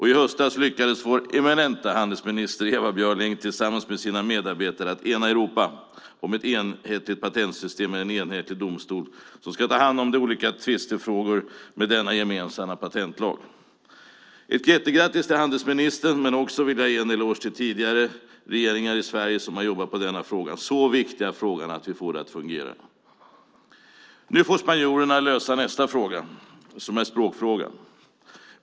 I höstas lyckades vår eminenta handelsminister Ewa Björling tillsammans med sina medarbetare att ena Europa kring ett enhetligt patentsystem med en domstol som ska ta hand om de olika tvistefrågorna utifrån en gemensam patentlag. Ett jättegrattis till handelsministern! Jag vill också ge en eloge till tidigare regeringar i Sverige som har jobbat med denna så viktiga fråga så att vi får det att fungera. Nu får spanjorerna lösa nästa fråga som är språkfrågan.